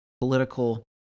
political